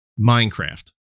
Minecraft